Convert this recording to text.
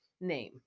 name